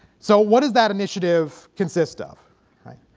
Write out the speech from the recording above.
so what is that initiative consist of right.